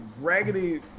raggedy